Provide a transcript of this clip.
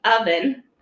oven